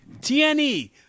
TNE